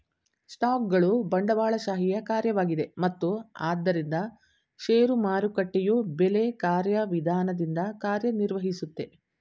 ಸ್ಟಾಕ್ಗಳು ಬಂಡವಾಳಶಾಹಿಯ ಕಾರ್ಯವಾಗಿದೆ ಮತ್ತು ಆದ್ದರಿಂದ ಷೇರು ಮಾರುಕಟ್ಟೆಯು ಬೆಲೆ ಕಾರ್ಯವಿಧಾನದಿಂದ ಕಾರ್ಯನಿರ್ವಹಿಸುತ್ತೆ